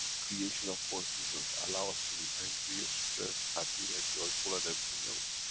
creation of four seasons allow us to be angry, ah stress, happy and joyful and everything else.